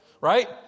Right